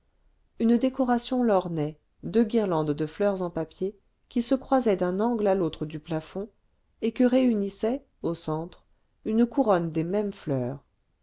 une décoration l'ornait deux guirlandes de fleurs en papier qui se croisaient d'un angle à l'autre du plafond et que réunissait au centre une couronne des mêmes fleurs